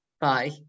Bye